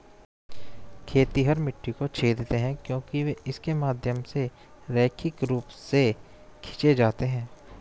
खेतिहर मिट्टी को छेदते हैं क्योंकि वे इसके माध्यम से रैखिक रूप से खींचे जाते हैं